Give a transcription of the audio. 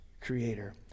creator